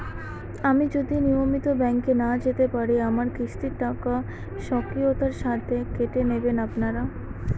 আমি যদি নিয়মিত ব্যংকে না যেতে পারি আমার কিস্তির টাকা স্বকীয়তার সাথে কেটে নেবেন আপনারা?